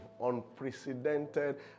unprecedented